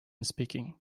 speaking